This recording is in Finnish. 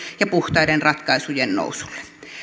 ja puhtaiden ratkaisujen nousulle